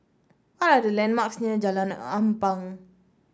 what are the landmarks near Jalan Ampang